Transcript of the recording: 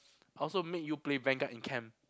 I also make you play Vanguard in camp